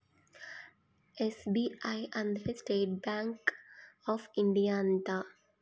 SBI ಅಂದ್ರ state bank of India ಅಂತ